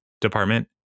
department